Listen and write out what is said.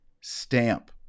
stamp